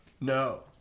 No